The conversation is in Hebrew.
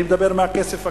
אני מדבר מהכסף הקיים.